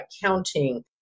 counting